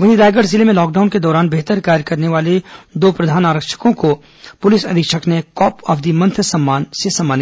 वहीं रायगढ़ जिले में लॉकडाउन के दौरान बेहतर कार्य करने वाले दो प्रधान आरक्षकों को पुलिस अधीक्षक ने कॉप ऑफ द मंथ का सम्मान